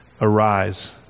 arise